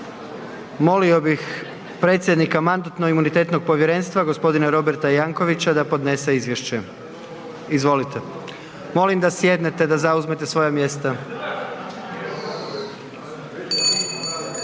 Molio bih predsjednika Mandatno-imunitetnog povjerenstva gospodina Roberta Jankovića da podnese izvješće. Izvolite. **Jankovics, Robert